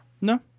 No